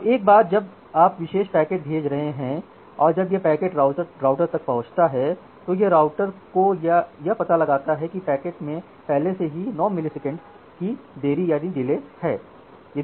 अब एक बार जब आप एक विशेष पैकेट भेज रहे हैं और जब यह पैकेट राउटर तक पहुंचता है तो यह राउटर को यह पता लगाता है कि पैकेट में पहले से ही 9 मिलीसेकंड की देरी है